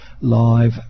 live